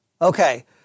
Okay